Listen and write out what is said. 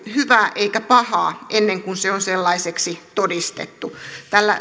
hyvää eikä pahaa ennen kuin se on sellaiseksi todistettu tällä